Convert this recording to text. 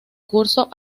curso